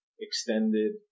extended